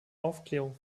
aufklärung